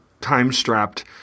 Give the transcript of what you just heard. time-strapped